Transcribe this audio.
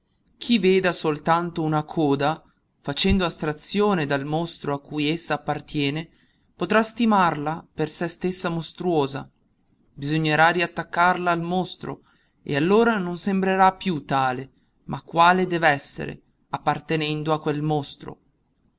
chi veda soltanto una coda facendo astrazione dal mostro a cui essa appartiene potrà stimarla per se stessa mostruosa bisognerà riattaccarla al mostro e allora non sembrerà più tale ma quale dev'essere appartenendo a quel mostro